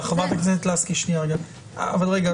חברת הכנסת לסקי, שנייה, רגע.